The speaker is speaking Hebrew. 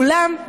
אולם,